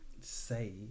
say